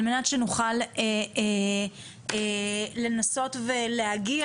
על מנת שנוכל לנסות ולהגיע